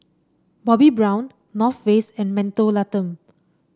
Bobbi Brown North Face and Mentholatum